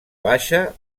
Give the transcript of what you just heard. baixa